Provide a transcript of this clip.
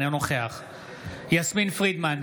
אינו נוכח יסמין פרידמן,